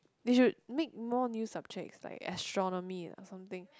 they should make more new subjects like astronomy or something